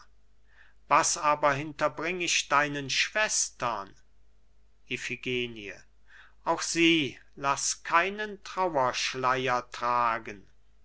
was aber hinterbring ich deinen schwestern iphigenie auch sie laß keinen trauerschleier tragen